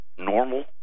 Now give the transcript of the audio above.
normal